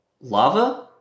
Lava